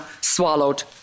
swallowed